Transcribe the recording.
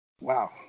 Wow